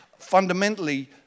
fundamentally